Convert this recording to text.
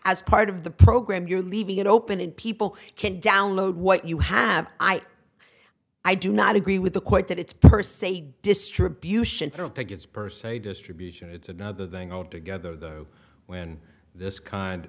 as part of the program you're leaving it open and people can download what you have i i do not agree with the quite that it's per se distribution don't think it's per say distribution it's another thing altogether though when this kind